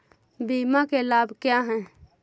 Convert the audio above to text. बीमा के लाभ क्या हैं?